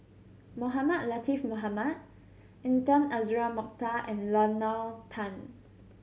Mohamed Latiff Mohamed Intan Azura Mokhtar and Nalla Tan